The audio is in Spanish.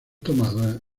tomados